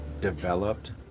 developed